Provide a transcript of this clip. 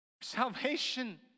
salvation